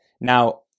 Now